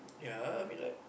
ya I mean like